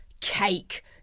cake